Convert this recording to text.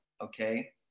okay